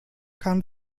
kann